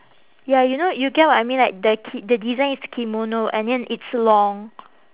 ya you know you get what I mean the ki~ the design is kimono and then it's long